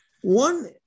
one